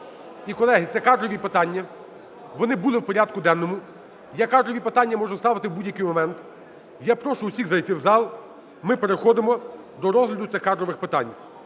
І, колеги, це кадрові питання, вони були в порядку денному. Я кадрові питання можу вставити в будь-який момент. Я прошу усіх зайти в зал, ми переходимо до розгляду цих кадрових питань.